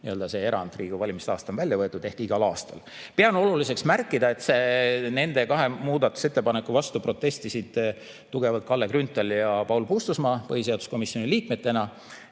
siis nüüd see erand, Riigikogu valimiste aasta, on välja võetud ehk see toimub igal aastal. Pean oluliseks märkida, et nende kahe muudatusettepaneku vastu protestisid tugevalt Kalle Grünthal ja Paul Puustusmaa põhiseaduskomisjoni liikmetena.